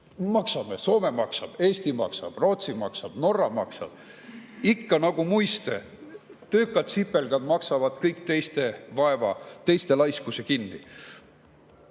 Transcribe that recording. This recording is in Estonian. Maksame. Soome maksab, Eesti maksab, Rootsi maksab, Norra maksab. Ikka nagu muiste: töökad sipelgad maksavad kõik teiste laiskuse kinni. Kreeka